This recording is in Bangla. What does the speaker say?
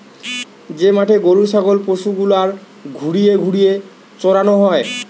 যে মাঠে গরু ছাগল পশু গুলার ঘুরিয়ে ঘুরিয়ে চরানো হয়